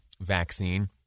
vaccine